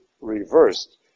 reversed